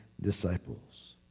disciples